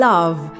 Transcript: Love